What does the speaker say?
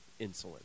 insulin